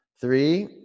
three